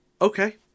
okay